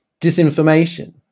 disinformation